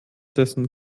dessen